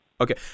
Okay